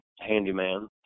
handyman